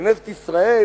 בכנסת ישראל,